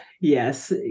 yes